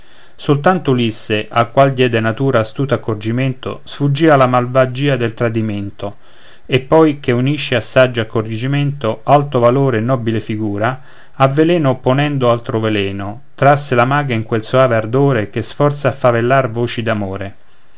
soltanto ulisse al qual diede natura astuto accorgimento sfuggì della malvagia al tradimento e poi che unisce a saggio accorgimento alto valore e nobile figura a veleno opponendo altro veleno trasse la maga in quel soave ardore che sforza a favellar voci